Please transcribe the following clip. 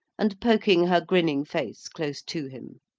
and poking her grinning face close to him.